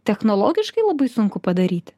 technologiškai labai sunku padaryti